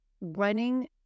running